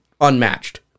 unmatched